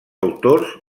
autors